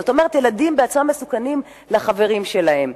זאת אומרת, ילדים בעצמם מסוכנים לחברים שלהם.